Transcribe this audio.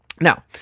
Now